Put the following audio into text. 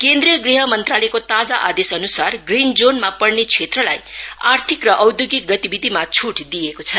केन्द्रीय गृह मन्त्रालयको ताजा आदेश अनुसार ग्रीन जोन मा पर्ने क्षेत्रलाई आर्थिक र औदयोगिक गतिविधिमा छुट दिएको छ